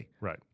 Right